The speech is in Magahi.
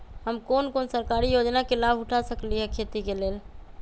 हम कोन कोन सरकारी योजना के लाभ उठा सकली ह खेती के लेल?